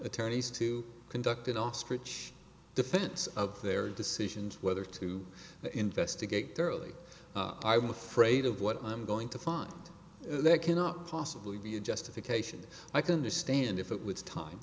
attorneys to conduct an ostrich defense of their decisions whether to investigate thoroughly i'm afraid of what i'm going to find that cannot possibly be a justification i can understand if it was time